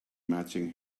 matching